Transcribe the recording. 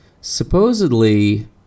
Supposedly